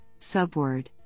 subword